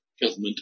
Government